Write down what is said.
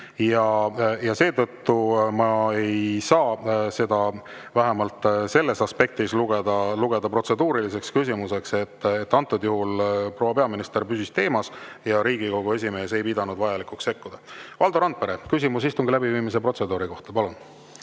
Seetõttu ma ei saa vähemalt selles aspektis lugeda seda protseduuriliseks küsimuseks. Antud juhul proua peaminister püsis teemas ja Riigikogu esimees ei pidanud vajalikuks sekkuda. Valdo Randpere, küsimus istungi läbiviimise protseduuri kohta, palun!